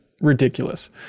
ridiculous